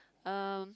um